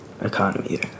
economy